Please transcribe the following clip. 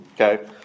okay